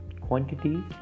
quantity